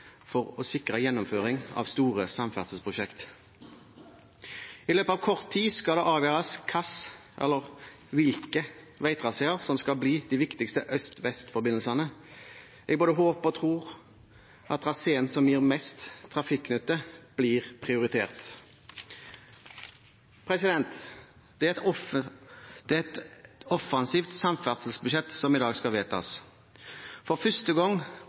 for å sikre gjennomføring av store samferdselsprosjekt. I løpet av kort tid skal det avgjøres hvilke veitraseer som skal bli de viktigste øst–vest-forbindelsene. Jeg både håper og tror at traseene som gir mest trafikknytte, blir prioritert. Det er et offensivt samferdselsbudsjett som i dag skal vedtas. For første gang